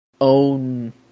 own